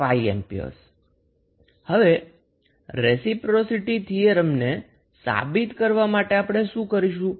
5A હવે reciprocity થીયરમને સાબિત કરવા માટે આપણે શું કરીશું